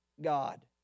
God